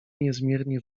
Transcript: niezmiernie